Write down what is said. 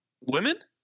women